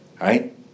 Right